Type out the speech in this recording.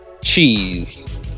Cheese